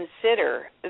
consider